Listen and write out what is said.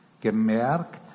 gemerkt